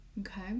Okay